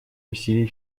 усилий